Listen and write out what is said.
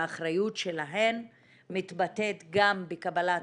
והאחריות שלהן מתבטאת גם בקבלת